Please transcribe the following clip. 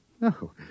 no